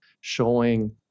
showing